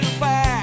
back